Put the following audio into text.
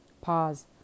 Pause